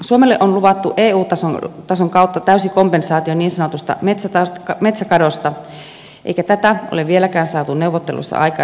suomelle on luvattu eu tason kautta täysi kompensaatio niin sanotusta metsäkadosta eikä tätä ole vieläkään saatu neuvotteluissa aikaiseksi